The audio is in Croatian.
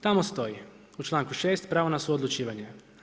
Tamo stoji u članku 6. pravo na suodlučivanje.